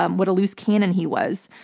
um what a loose cannon he was.